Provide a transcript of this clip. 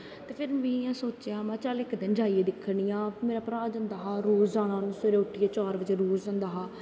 फिर में इयां सोचेआ कि इक दिन जाइयै दिक्खनी आं मेरा भ्रा जंदा हा रोज़ सवेरे उट्ठियै चार बज़े रोज़ जंदा हा